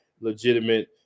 legitimate